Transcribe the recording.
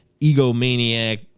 egomaniac